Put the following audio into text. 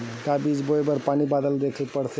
का बीज बोय बर पानी बादल देखेला पड़थे?